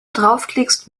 draufklickst